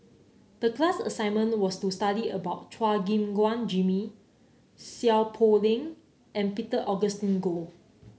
the class assignment was to study about Chua Gim Guan Jimmy Seow Poh Leng and Peter Augustine Goh